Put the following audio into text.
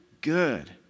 good